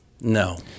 No